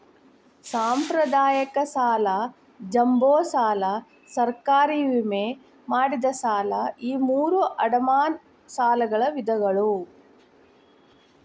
ಸಾಂಪ್ರದಾಯಿಕ ಸಾಲ ಜಂಬೋ ಸಾಲ ಸರ್ಕಾರಿ ವಿಮೆ ಮಾಡಿದ ಸಾಲ ಈ ಮೂರೂ ಅಡಮಾನ ಸಾಲಗಳ ವಿಧಗಳ